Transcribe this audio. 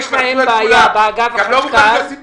יש להם בעיה באגף החשכ"ל.